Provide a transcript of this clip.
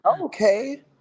okay